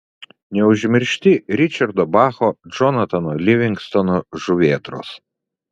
neužmiršti ričardo bacho džonatano livingstono žuvėdros